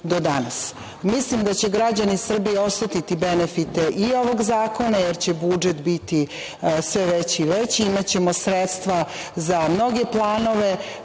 danas. Mislim da će građani Srbije osetiti benefite i ovog zakona, jer će budžet biti sve veći i veći. Imaćemo sredstva za mnoge